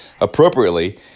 appropriately